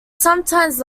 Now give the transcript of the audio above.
sometimes